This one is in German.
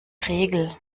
regel